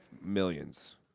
millions